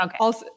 Okay